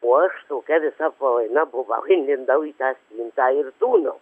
o aš tokia visa apvalaina buvau įlindau į tą spintą ir tūnau